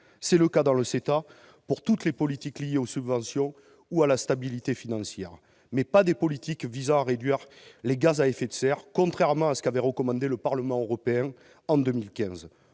C'est le cas, dans le CETA, pour toutes les politiques liées aux subventions ou à la stabilité financière, mais pas des politiques visant à réduire les gaz à effet de serre, contrairement à ce qu'avait recommandé le Parlement européen en 2015.